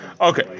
Okay